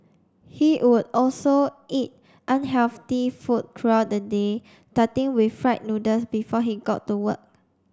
he would also eat unhealthy food throughout the day starting with fried noodles before he got to work